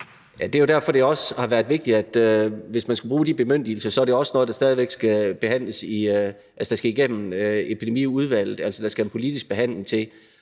det er jo derfor, det også har været vigtigt, at hvis man skal bruge de bemyndigelser, er det også noget, der skal igennem epidemiudvalget – altså, at der skal en politisk behandling til.